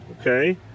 Okay